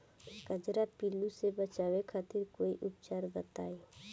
कजरा पिल्लू से बचाव खातिर कोई उपचार बताई?